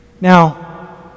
now